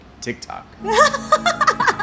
TikTok